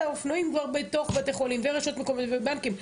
האופנועים כבר בתוך בתי חולים ורשויות מקומיות ובנקים.